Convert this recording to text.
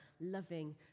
loving